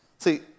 See